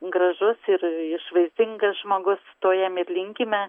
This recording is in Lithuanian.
gražus ir išvaizdingas žmogus to jam ir linkime